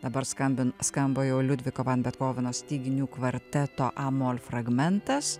dabar skambin skamba jau liudviko van bethoveno styginių kvarteto amol fragmentas